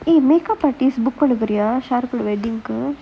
eh makeup artist book ஒன்னு தரியா:onnu thariyaa sharuk wedding eh